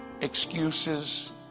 Excuses